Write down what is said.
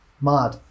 mad